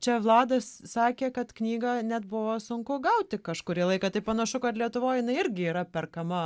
čia vladas sakė kad knygą net buvo sunku gauti kažkurį laiką tai panašu kad lietuvoj jinai irgi yra perkama